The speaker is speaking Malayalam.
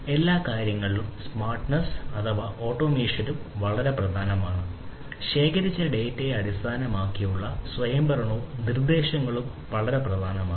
എല്ലാ കാര്യങ്ങളിലും സ്മാർട്ട്നെസ് അടിസ്ഥാനമാക്കിയുള്ള സ്വയംഭരണവും നിർദ്ദേശങ്ങളും വളരെ പ്രധാനമാണ്